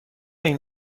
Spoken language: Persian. این